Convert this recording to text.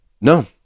No